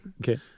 Okay